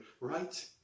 right